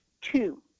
two